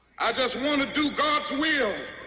i just want to do god's will.